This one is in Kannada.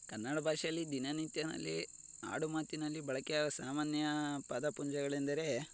ಕನ್ನಡ ಭಾಷೆಯಲ್ಲಿ ದಿನ ನಿತ್ಯದಲ್ಲಿ ಆಡು ಮಾತಿನಲ್ಲಿ ಬಳಕೆಯಾದ ಸಾಮಾನ್ಯ ಪದ ಪುಂಜಗಳೆಂದರೆ